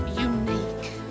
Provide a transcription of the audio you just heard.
unique